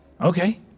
Okay